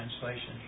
translation